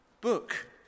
book